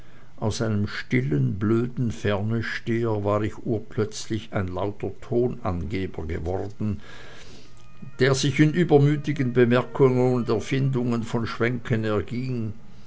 aus einem stillen und blöden fernesteher war ich urplötzlich ein lauter tonangeber geworden der sich in übermütigen bemerkungen und erfindung von schwänken erging